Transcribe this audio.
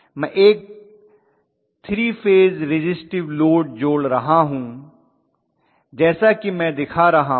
मैं एक 3 phase resistive load जोड़ रहा हूं जैसा कि मैं दिखा रहा हूं